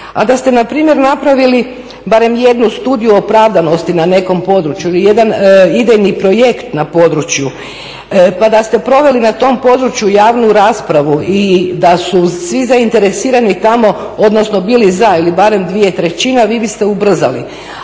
A da ste npr. napravili barem jednu studiju opravdanosti na nekom području ili jedan idejni projekt na području pa da ste proveli na tom području javnu raspravu i da su svi zainteresirani tamo odnosno bili za ili barem 2/3 vi biste ubrzali.